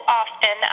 often